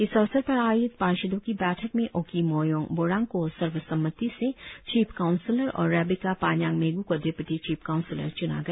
इस अवसर पर आयोजित पार्षदों की बैठक में ओकी मोयोंग बोरांग को सर्वसम्मति से चीफ काउंसिलर और रेबिका पानयांग मेगु को डिप्यूटी चीफ काउंसिलर चुना गया